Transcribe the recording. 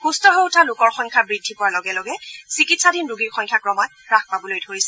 সূম্থ হৈ উঠা লোকৰ সংখ্যা বৃদ্ধি পোৱাৰ লগে লগে চিকিৎসাধীন ৰোগীৰ সংখ্যা ক্ৰমাৎ হাস পাবলৈ ধৰিছে